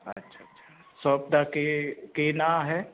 ਅੱਛਾ ਅੱਛਾ ਸ਼ੋਪ ਦਾ ਕੀ ਕੀ ਨਾਂ ਹੈ